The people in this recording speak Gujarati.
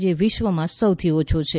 જે વિશ્વમાં સૌથી ઓછો છે